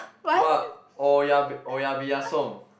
what oya-beh oya-beh-ya-som